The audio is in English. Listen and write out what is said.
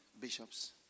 bishops